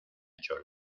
chole